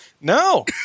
No